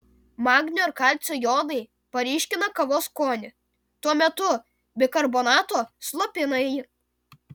magnio ir kalcio jonai paryškina kavos skonį tuo metu bikarbonato slopina jį